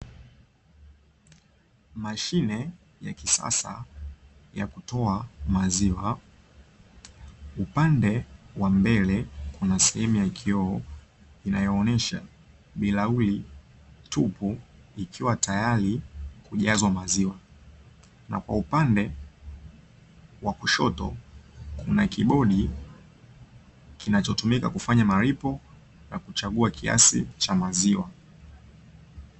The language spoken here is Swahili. Mashine ya kisasa ya kutoa maziwa, upande wa mbele ina sehemu yenye kioo inaonyesha birauli tupu, ikiwa tayari kujazwa maziwa na kwa upande kushoto kuna kibodi kinachotumika kufanya malipo na kuchagua kiasi cha maziwa.